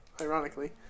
Ironically